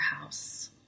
house